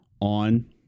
on